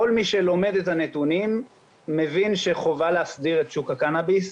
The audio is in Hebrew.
כל מי שלומד את הנתונים מבין שחובה להסדיר את שוק הקנאביס.